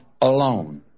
alone